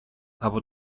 από